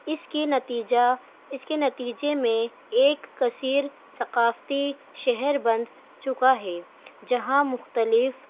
اس کے نتیجہ اس کے نتیجے میں ایک کثیر ثقافتی شہر بند چکا ہے جہاں مختلف